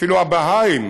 אפילו הבהאים